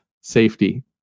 safety